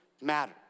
matter